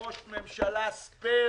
בראש ממשלה ספייר